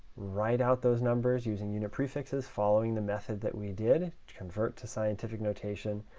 write out those numbers using you know prefixes, following the method that we did. convert to scientific notation.